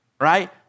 Right